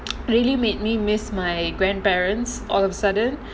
really made me miss my grandparents all of sudden